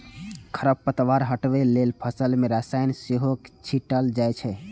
खरपतवार हटबै लेल फसल मे रसायन सेहो छीटल जाए छै